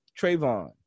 Trayvon